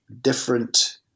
different